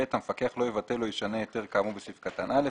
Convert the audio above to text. המפקח לא יבטל או ישנה היתר כאמור בסעיף קטן (א),